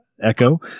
Echo